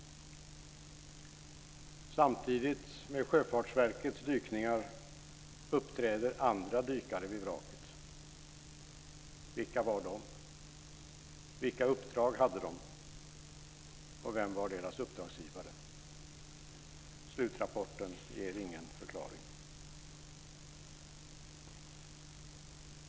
Samtidigt med Sjöfartsverkets dykningar uppträder andra dykare vid vraket. Vilka var de? Vilka uppdrag hade de, och vem var deras uppdragsgivare? Slutrapporten ger ingen förklaring.